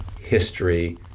history